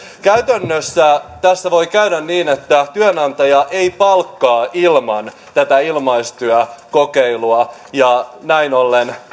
käytännössä tässä voi käydä niin että työnantaja ei palkkaa ilman tätä ilmaistyökokeilua ja näin ollen